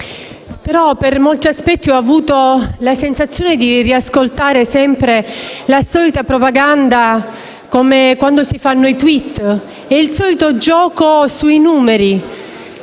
per molti aspetti ho avuto la sensazione di riascoltare sempre la solita propaganda, come quando si scrivono i *tweet* e si fa il solito gioco con i numeri,